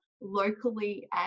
locally